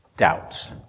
doubts